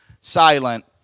silent